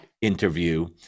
interview